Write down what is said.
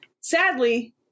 sadly